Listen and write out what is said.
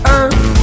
earth